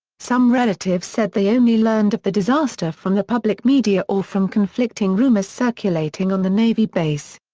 some relatives said they only learned of the disaster from the public media or from conflicting rumours circulating on the navy base.